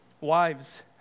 Wives